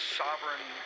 sovereign